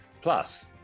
plus